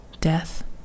death